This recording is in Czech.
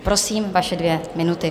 Prosím, vaše dvě minuty.